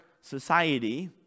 society